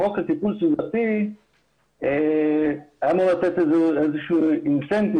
החוק לטיפול סביבתי היה אמור לתת איזשהו תמריץ,